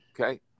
Okay